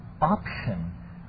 option